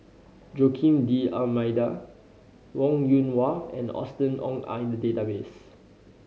Joaquim D'Almeida Wong Yoon Wah and Austen Ong are in the database